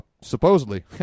supposedly